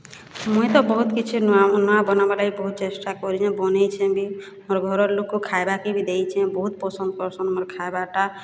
ମୁଇଁ ତ ବହୁତ୍ କିଛି ନୂଆ ବନାବା ଲାଗି ବହୁତ୍ ଚେଷ୍ଟା କରିଛେଁ ବନେଇଛେଁ ବି ମୋର୍ ଘରର୍ ଲୋକ୍କୁ ଖାଇବାକେ ବି ଦେଇଛେ ବହୁତ୍ ପସନ୍ଦ୍ କର୍ସନ୍ ମୋର୍ ଖାଏବାର୍ଟା